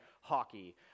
hockey